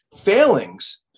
failings